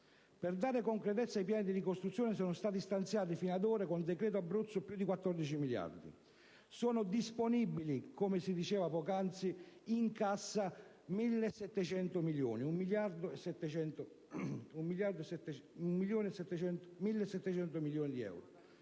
Per dare concretezza ai piani di ricostruzione sono stati stanziati, fino ad ora, con il decreto Abruzzo più di 14 miliardi. Sono disponibili, come si diceva poc'anzi, in cassa 1,7 miliardi di euro